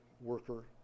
worker